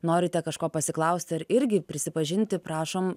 norite kažko pasiklausti ar irgi prisipažinti prašom